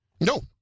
No